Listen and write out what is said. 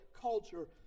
culture